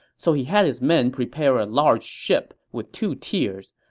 so he had his men prepare a large ship with two tiers.